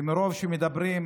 ומרוב שמדברים,